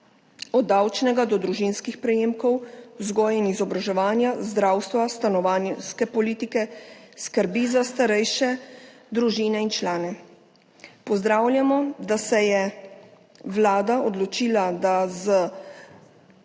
od davčnega do družinskih prejemkov, vzgoje in izobraževanja, zdravstva, stanovanjske politike, skrbi za starejše, družine in člane. Pozdravljamo, da se je vlada odločila, da z